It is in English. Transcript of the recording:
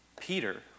Peter